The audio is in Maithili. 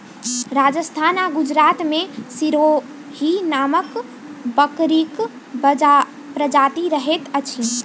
राजस्थान आ गुजरात मे सिरोही नामक बकरीक प्रजाति रहैत अछि